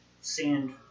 Sand